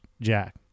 Jack